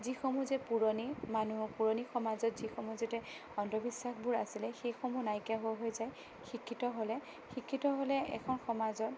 যিসমূহ যে পুৰণি মানুহ পুৰণি সমাজতে যিসমূহ যাতে অন্ধবিশ্বাসবোৰ আছিলে সেইসমূহ নাইকীয়া হৈ যায় শিক্ষিত হ'লে শিক্ষিত হ'লে এখন সমাজত